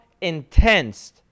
intense